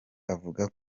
avuga